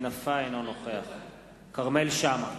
אינו נוכח כרמל שאמה,